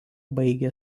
baigė